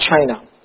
China